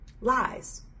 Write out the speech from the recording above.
Lies